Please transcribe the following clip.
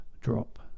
Drop